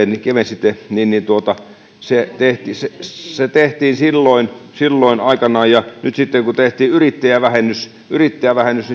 kevensitte se se tehtiin silloin silloin aikoinaan ja nyt sitten kun tehtiin yrittäjävähennys yrittäjävähennys